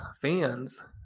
fans